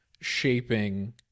shaping